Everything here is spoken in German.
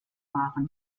waren